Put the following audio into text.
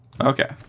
Okay